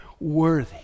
worthy